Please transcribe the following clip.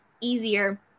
easier